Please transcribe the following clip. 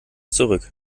zurück